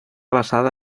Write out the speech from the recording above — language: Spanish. basada